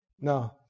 no